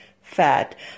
fat